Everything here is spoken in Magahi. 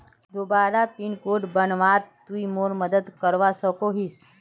दोबारा पिन कोड बनवात तुई मोर मदद करवा सकोहिस?